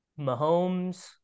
Mahomes